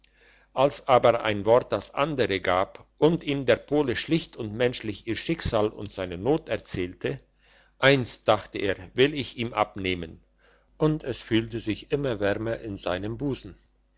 als aber ein wort das andere gab und ihm der pole schlicht und menschlich ihr schicksal und seine not erzählte eins dachte er will ich ihm abnehmen und es füllte sich immer wärmer in seinem busen